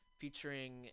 Featuring